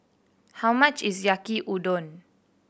how much is Yaki Udon